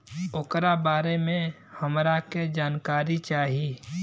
ओकरा बारे मे हमरा के जानकारी चाही?